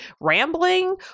rambling